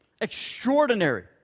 extraordinary